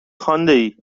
خاندایی